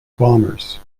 bombers